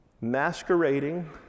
masquerading